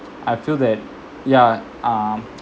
I feel that yeah uh